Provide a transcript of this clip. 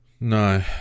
No